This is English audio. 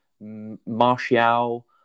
Martial